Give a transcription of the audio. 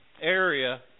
area